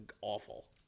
awful